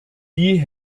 die